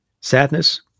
Sadness